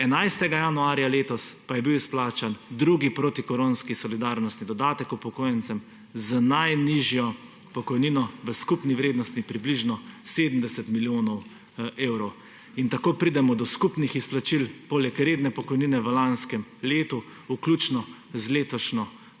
11. januarja letos pa je bil izplačan drugi protikoronski solidarnostni dodatek upokojencem z najnižjo pokojnino v skupni vrednosti približno 70 milijonov evrov. In tako pridemo do skupnih izplačil; poleg redne pokojnine v lanskem letu, vključno z letošnjim